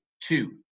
two